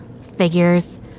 Figures